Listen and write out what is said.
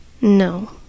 No